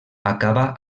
acaba